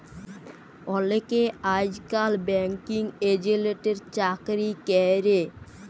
অলেকে আইজকাল ব্যাঙ্কিং এজেল্টের চাকরি ক্যরে